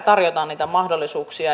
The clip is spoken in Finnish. tarjotaan niitä mahdollisuuksia